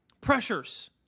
Pressures